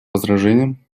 возражения